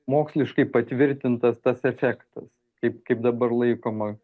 moksliškai patvirtintas tas efektas kaip kaip dabar laikoma